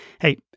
hey